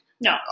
No